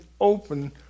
open